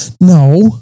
no